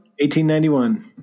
1891